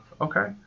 Okay